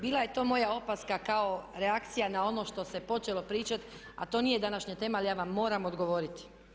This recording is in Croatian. Bila je to moja opaska kao reakcija na ono što se počelo pričati a to nije današnja tema, ali ja vam moram odgovoriti.